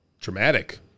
traumatic